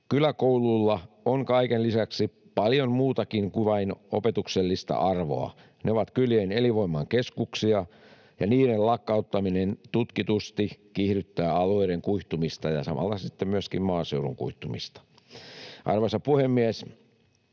Kyläkouluilla on kaiken lisäksi paljon muutakin kuin vain opetuksellista arvoa. Ne ovat kylien elinvoiman keskuksia, ja niiden lakkauttaminen tutkitusti kiihdyttää alueiden kuihtumista ja samalla myöskin maaseudun kuihtumista. Arvoisa puhemies!